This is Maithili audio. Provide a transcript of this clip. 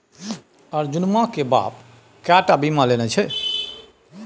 अर्जुनमा केर बाप कएक टा बीमा लेने छै